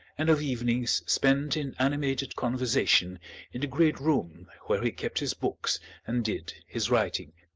and of evenings spent in animated conversation in the great room where he kept his books and did his writing.